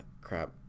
Crap